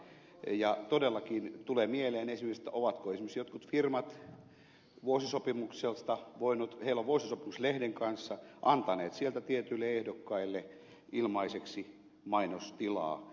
ja todellakin tulee mieleen esimerkiksi ovatko esimerkiksi jotkut firmat joilla on vuosisopimus lehden kanssa antaneet sieltä tietyille ehdokkaille ilmaiseksi mainostilaa